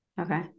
Okay